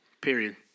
Period